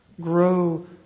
Grow